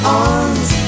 arms